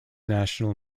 national